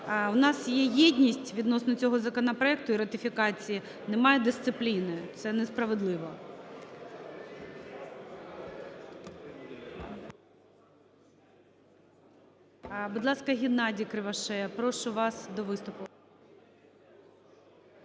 В нас є єдність відносно цього законопроекту і ратифікації, немає дисципліни. Це несправедливо. Будь ласка, ГеннадійКривошея, прошу вас до виступу.